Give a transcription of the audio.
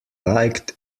liked